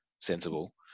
sensible